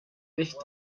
nicht